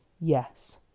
Yes